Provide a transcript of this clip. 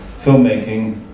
filmmaking